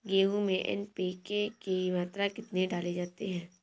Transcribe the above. गेहूँ में एन.पी.के की मात्रा कितनी डाली जाती है?